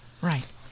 Right